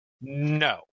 No